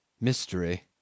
Mystery